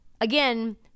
Again